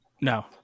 No